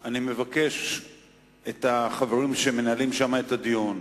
אני מבקש מהחברים שמנהלים שם את הדיון,